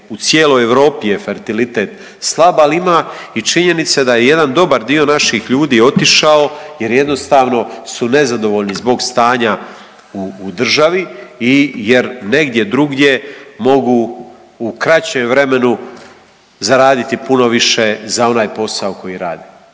u cijeloj Europi je fertilitet slab, ali ima i činjenice da je jedan dobar dio naših ljudi otišao jer jednostavno su nezadovoljni zbog stanja u državi jer negdje drugdje mogu u kraćem vremenu zaraditi puno više za onaj posao koji rade.